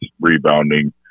rebounding